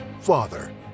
father